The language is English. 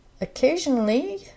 Occasionally